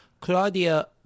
Claudia